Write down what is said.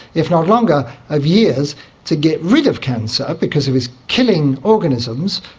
if not longer, of years to get rid of cancer because it was killing organisms.